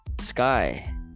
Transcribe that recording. Sky